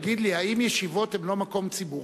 תגיד לי, האם ישיבות הן לא מקום ציבורי?